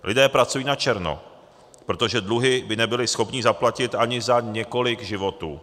Lidé pracují načerno, protože dluhy by nebyli schopní zaplatit ani za několik životů.